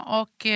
och